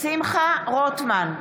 שמחה רוטמן,